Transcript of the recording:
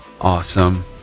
Awesome